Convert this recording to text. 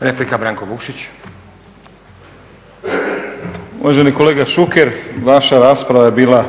**Vukšić, Branko (Nezavisni)** Uvaženi kolega Šuker, vaša rasprava je bila